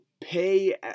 pay